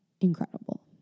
Incredible